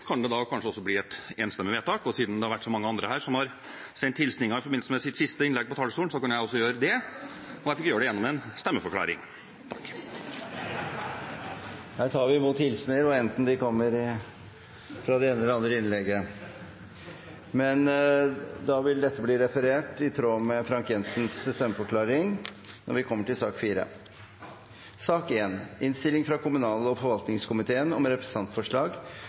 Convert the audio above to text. kan det da kanskje bli et enstemmig vedtak. Siden det har vært så mange andre her som har sendt hilsninger i forbindelse med sitt siste innlegg, vil jeg også gjøre det, og jeg gjør det gjennom en stemmeforklaring. Her tar vi imot hilsninger om de kommer i det ene eller det andre innlegget. Arbeiderpartiet, Senterpartiet og Sosialistisk Venstreparti har varslet at de vil stemme imot. Under debatten er det satt fram i alt to forslag, fra Heidi Greni på vegne av Senterpartiet og